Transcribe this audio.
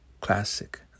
classic